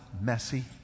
messy